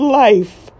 life